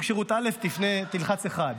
סוג שירות א' תלחץ 1,